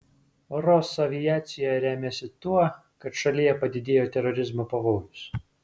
rosaviacija remiasi tuo kad šalyje padidėjo terorizmo pavojus